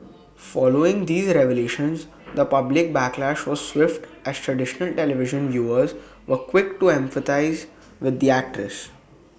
following these revelations the public backlash was swift as traditional television viewers were quick to empathise with the actress